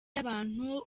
y’abantu